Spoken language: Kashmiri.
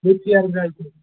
یتی